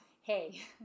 hey